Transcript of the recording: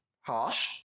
Harsh